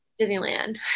Disneyland